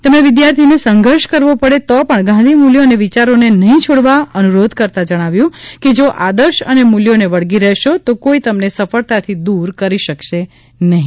તેમણે વિદ્યાર્થીઓને સંઘર્ષ કરવો પડે તો પણ ગાંધી મૂલ્યો અને વિચારોને નહિ છોડવા અનુરોધ કરતા જણાવ્યું હતું કે જો આદર્શ અને મૂલ્યોને વળગી રહેશો તો કોઈ તમને સફળતાથી દૂર કરી શકશે નહિ